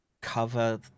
cover